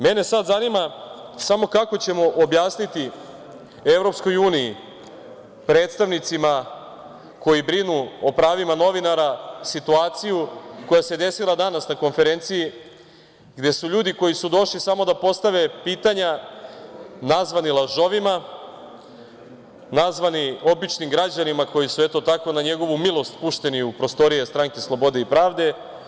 Mene sad zanima samo kako ćemo objasniti EU, predstavnicima koji brinu o pravima novinara, situaciju koja se desila danas na konferenciji gde su ljudi koji su došli samo da postave pitanje nazvani lažovima, nazvani običnim građanima koji su na njegovu milost pušteni u prostorije Stranke slobode i pravde.